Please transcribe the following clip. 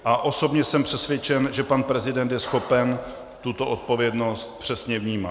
A osobně jsem přesvědčen, že pan prezident je schopen tuto odpovědnost přesně vnímat.